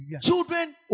children